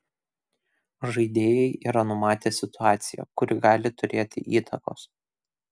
žaidėjai yra numatę situaciją kuri gali turėti įtakos